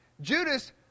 Judas